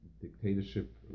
dictatorship